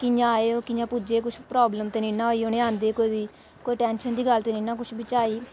कि'यां आए ओ कि'यां पुज्जे कुछ प्राब्लम ते नेईं ना होई उ'नें आंदे कोई टैंशन दी गल्ल ते नेईं ना कुछ बिच्च आई